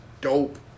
dope